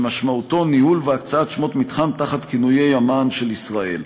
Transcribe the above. שמשמעותו ניהול והקצאה של שמות מתחם תחת כינוי המען של ישראל.